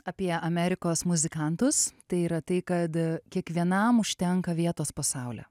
apie amerikos muzikantus tai yra tai kad kiekvienam užtenka vietos po saule